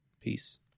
Peace